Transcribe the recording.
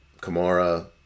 Kamara